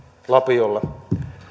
lapiolla